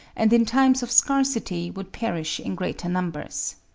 and in times of scarcity would perish in greater numbers.